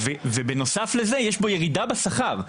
ובנוסף לזה יש בו ירידה בשכר.